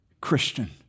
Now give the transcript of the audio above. Christian